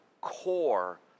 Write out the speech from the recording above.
core